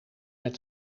met